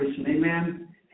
Amen